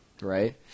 right